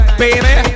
baby